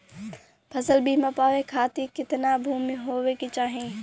फ़सल बीमा पावे खाती कितना भूमि होवे के चाही?